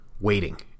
waiting